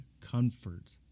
comfort